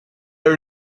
are